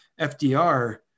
FDR